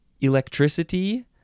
electricity